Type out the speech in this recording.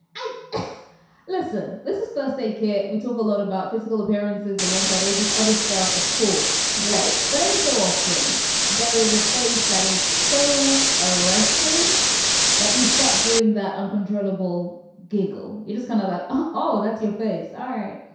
i listen, this is first aid kit, we talk a lot about physical appearances alongside all this other stuff, of course. right. but every so often there is a face that is so arresting that you start doing that uncontrollable giggle it is kind of like, oh, that's your face. are.